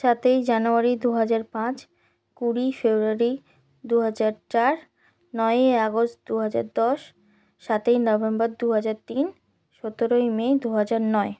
সাতই জানুয়ারি দুহাজার পাঁচ কুড়ি ফেব্রুয়ারি দুহাজার চার নয়ই আগস্ট দুহাজার দশ সাতই নভেম্বর দুহাজার তিন সতেরোই মে দুহাজার নয়